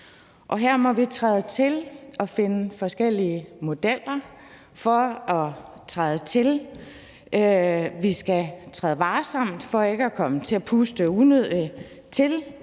Her må vi træde til og finde forskellige modeller for at træde til. Vi skal træde varsomt for ikke at komme til at puste unødigt til